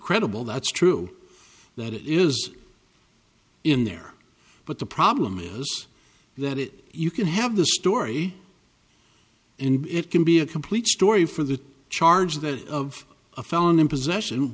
credible that's true that it is in there but the problem is that it you can have the story and it can be a complete story for the charge that of a felon in possession